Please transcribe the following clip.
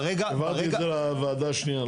זה דבר אחר, העברתי את זה לוועדה השנייה.